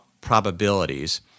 probabilities